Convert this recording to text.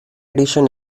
edition